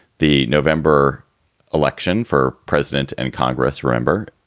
the november election for president and congress, remember,